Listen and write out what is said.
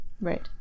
Right